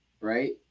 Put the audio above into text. right